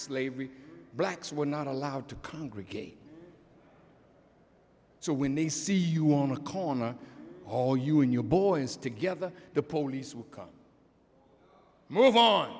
slavery blacks were not allowed to congregate so when they see you on a corner all you and your boys together the police